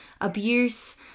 abuse